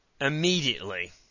Immediately